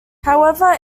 however